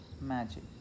magic